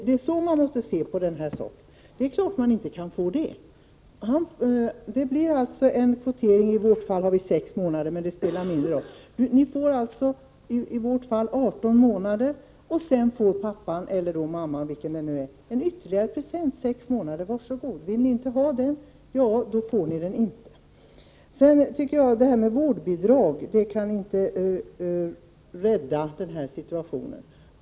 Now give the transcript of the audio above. Det är så man måste se på den saken. Det är alltså fråga om en kvotering. Vi har föreslagit sex månader, men det spelar mindre roll. Man får alltså enligt vårt förslag arton månaders föräldraledighet, och sedan får pappan eller mamman, vilken av dem det nu är, en ytterligare present: Ytterligare sex månader — var så god! Vill ni inte ha det får ni inte den presenten. Vårdbidrag kan inte rädda den här situationen, tycker jag.